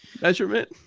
measurement